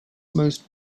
most